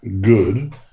good